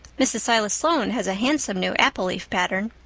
mrs. silas sloane has a handsome new apple-leaf pattern.